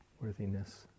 worthiness